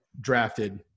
drafted